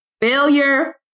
failure